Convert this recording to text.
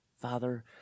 Father